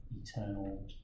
eternal